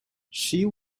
she